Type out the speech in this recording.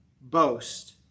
boast